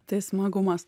tai smagumas